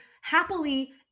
happily